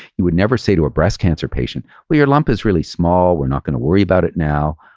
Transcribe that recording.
you would never say to a breast cancer patient, well, your lump is really small. we're not going to worry about it now.